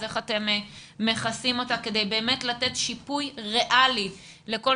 איך אתם מכסים אותה כדי באמת לתת שיפוי ריאלי לכל